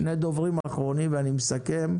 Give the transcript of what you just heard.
שני דוברים אחרים, ואני מסכם.